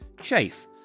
Chafe